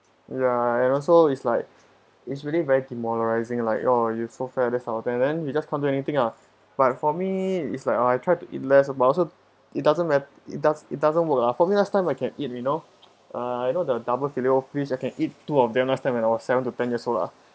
ya and also it's like it's really very demoralising like oh you so fat this type of thing and then we just can't do anything ah but for me it's like I try to eat less but also it doesn't matter it doesn't it doesn't work lah for me last time I can eat you know uh you know the double fillet O fish I can eat two of them last time when I was seven to ten years old lah